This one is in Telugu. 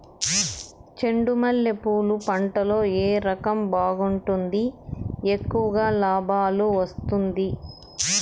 చెండు మల్లె పూలు పంట లో ఏ రకం బాగుంటుంది, ఎక్కువగా లాభాలు వస్తుంది?